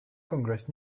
congress